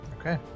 Okay